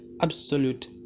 absolute